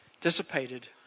dissipated